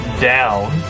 down